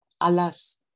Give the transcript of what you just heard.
Alas